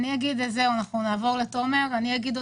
אנחנו נעבור לתומר מוסקוביץ'.